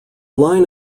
line